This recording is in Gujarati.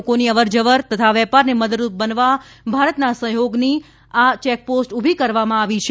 લોકોની અવર જવર તથા વેપારને મદદરૂપ બનવા ભારતના સહયોગથી આ ચેકપોસ્ટ ઉભી કરવામાં આવી છે